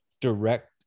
direct